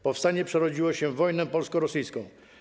Powstanie przerodziło się w wojnę polsko-rosyjską.